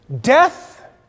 death